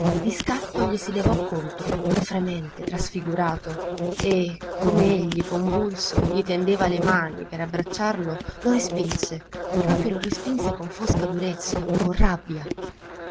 scatto gli si levò contro fremente trasfigurato e come egli convulso gli tendeva le mani per abbracciarlo lo respinse proprio lo respinse con fosca durezza con rabbia